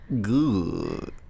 Good